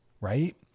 Right